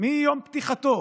מיום פתיחתו.